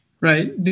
Right